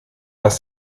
dass